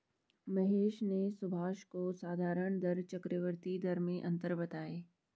महेश ने सुभाष को साधारण दर चक्रवर्ती दर में अंतर बताएं